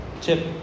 Chip